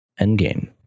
Endgame